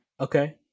Okay